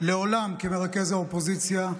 כמרכז האופוזיציה,